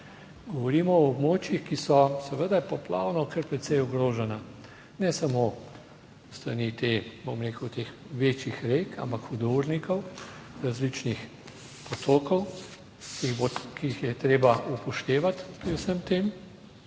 Govorimo o območjih, ki so seveda poplavno kar precej ogrožena, ne samo s strani teh, bom rekel, teh večjih rek, ampak hudournikov, različnih potokov, ki jih je treba upoštevati pri vsem tem?